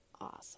Awesome